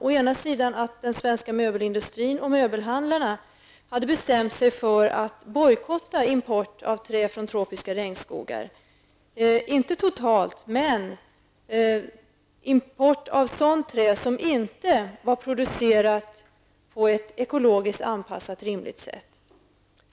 Ett beslut innebar att den svenska möbelindustrin och möbelhandlarna hade bestämt sig för att bojkotta import av trä från tropiska regnskogar, inte total bojkott, utan import av sådant trä som inte var producerat på ett ekologiskt rimligt anpassat sätt.